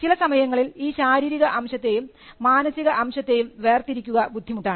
ചില സമയങ്ങളിൽ ഈ ശാരീരിക അംശത്തെയും മാനസിക അംശത്തെയും വേർതിരിക്കുക ബുദ്ധിമുട്ടാണ്